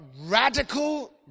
radical